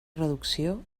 reducció